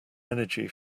energy